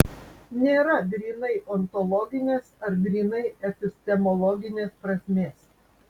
nėra grynai ontologinės ar grynai epistemologinės prasmės